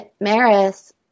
Maris